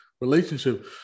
relationship